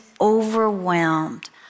overwhelmed